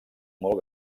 molt